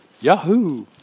Yahoo